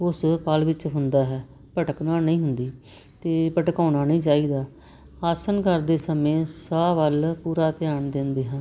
ਉਸ ਪਲ ਵਿੱਚ ਹੁੰਦਾ ਹੈ ਭਟਕਣਾ ਨਹੀਂ ਹੁੰਦੀ ਅਤੇ ਭਟਕਾਉਣਾ ਨਹੀਂ ਚਾਹੀਦਾ ਆਸਣ ਕਰਦੇ ਸਮੇਂ ਸਾਹ ਵੱਲ ਪੂਰਾ ਧਿਆਨ ਦਿੰਦੇ ਹਾਂ